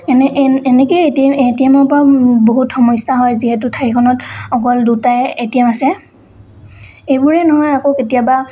এনে এনেকে A T A T এমৰ পৰা বহুত সমস্যা হয় যিহেতু ঠাইখনত অকল দুটাই এ টি এম আছে এইবোৰেই নহয় আকৌ কেতিয়াবা